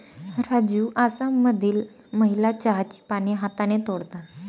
राजू आसाममधील महिला चहाची पाने हाताने तोडतात